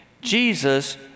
Jesus